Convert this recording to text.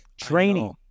Training